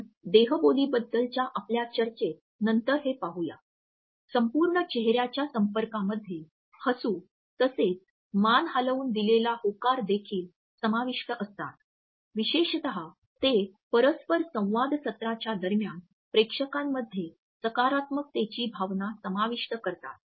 आपण देहबोलीबद्दलच्या आपल्या चर्चेत नंतर हे पाहूया संपूर्ण चेहऱ्याच्या संपर्कामध्ये हसू तसेच मान हलवून दिलेला होकार देखील समाविष्ट असतात विशेषत ते परस्परसंवाद सत्राच्या दरम्यान प्रेक्षकांमध्ये सकारात्मकतेची भावना समाविष्ट करतात